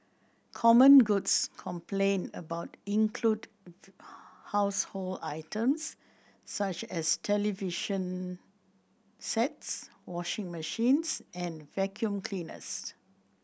common goods complained about include household items such as television sets washing machines and vacuum cleaners